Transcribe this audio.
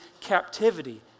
captivity